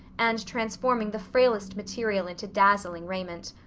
and transforming the frailest material into dazzling raiment.